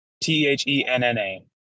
T-H-E-N-N-A